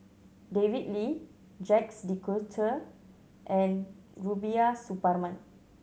David Lee Jacques De Coutre and Rubiah Suparman